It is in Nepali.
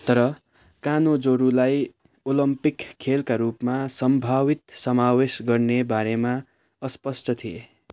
तर कानो जुडोलाई ओलम्पिक खेलका रूपमा सम्भावित समावेश गर्ने बारेमा अस्पष्ट थिए